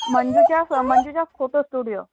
मंजुषा स Manjusha photo studio